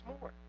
more